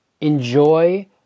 enjoy